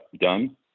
done